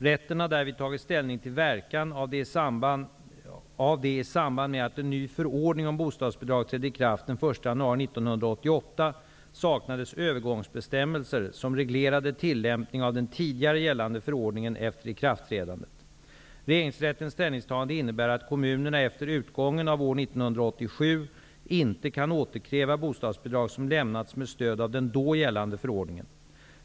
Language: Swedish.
Rätten har därvid tagit ställning till verkan av att det, i samband med att en ny förordning om bostadsbidrag trädde i kraft den Regeringsrättens ställningstagande innebär att kommunerna efter utgången av år 1987 inte kan återkräva bostadsbidrag som lämnats med stöd av den då gällande förordningen.